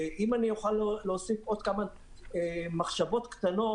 אם אוכל להוסיף עוד כמה מחשבות קטנות,